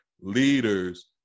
leaders